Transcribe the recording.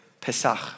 Pesach